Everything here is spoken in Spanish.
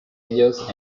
ellos